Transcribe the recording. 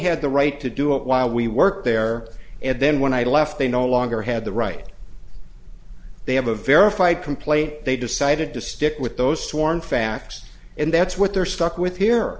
had the right to do it while we work there and then when i left they no longer had the right they have a verified complaint they decided to stick with those sworn facts and that's what they're stuck with here